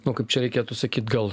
nu kaip čia reikėtų sakyt gal